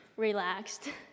Relaxed